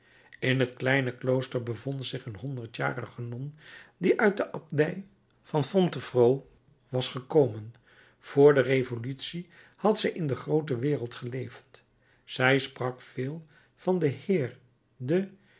in het kleine klooster bevond zich een honderdjarige non die uit de abdij van fontevrault was gekomen vr de revolutie had zij in de groote wereld geleefd zij sprak veel van den heer de